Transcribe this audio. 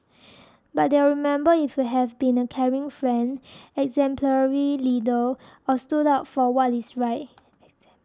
but they'll remember if you have been a caring friend exemplary leader or stood up for what is right